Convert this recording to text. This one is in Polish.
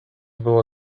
było